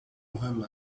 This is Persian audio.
مهم